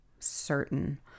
Certain